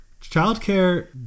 Childcare